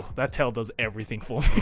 that tail does everything for